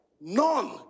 none